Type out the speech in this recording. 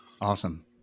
Awesome